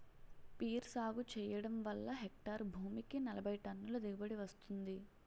peer సాగు చెయ్యడం వల్ల హెక్టారు భూమికి నలబైటన్నుల దిగుబడీ వస్తుంది